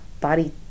body